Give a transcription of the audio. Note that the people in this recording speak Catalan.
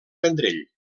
vendrell